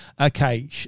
okay